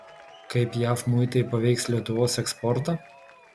kaip jav muitai paveiks lietuvos eksportą